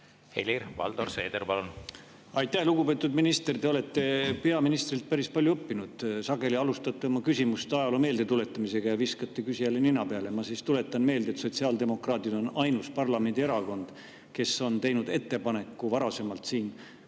Helir-Valdor Seeder, palun! Aitäh! Lugupeetud minister, te olete peaministrilt päris palju õppinud. Sageli alustate oma küsimust ajaloo meeldetuletamisega ja viskate küsijale nina peale. Ma siis tuletan meelde, et sotsiaaldemokraadid on ainus parlamendierakond, kes on teinud varasemalt